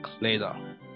later